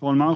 Herr talman!